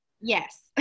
Yes